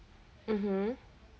mmhmm